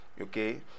okay